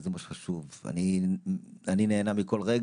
זו ועדה שבאים לקבל אצלה סעד באמת האנשים החלשים יותר בחברה,